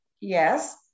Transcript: Yes